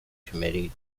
committee